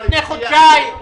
לפני חודשיים.